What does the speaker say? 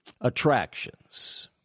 attractions